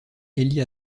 élie